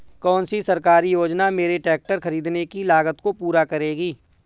कौन सी सरकारी योजना मेरे ट्रैक्टर ख़रीदने की लागत को पूरा करेगी?